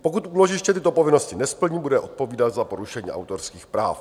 Pokud úložiště tyto povinnosti nesplní, bude odpovídat za porušení autorských práv.